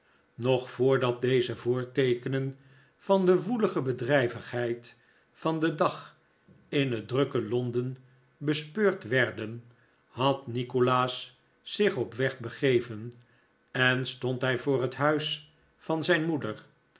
nog voordat deze voorteekenen van de woelige bedrijvigheid van den dag in het drukke londen bespeurd werden had nikolaas zich op weg begeven en stond hij voor het huis van zijn moeder